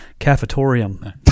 cafetorium